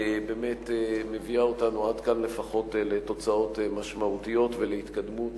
באמת מביאה אותנו עד כאן לפחות לתוצאות משמעותיות ולהתקדמות